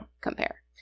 compare